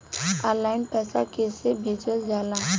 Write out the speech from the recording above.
Online पैसा कैसे भेजल जाला?